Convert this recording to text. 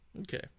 Okay